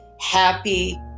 happy